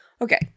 Okay